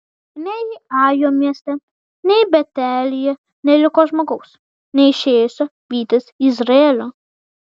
nei ajo mieste nei betelyje neliko žmogaus neišėjusio vytis izraelio